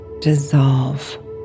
dissolve